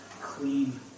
clean